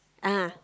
(uh huh)